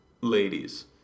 ladies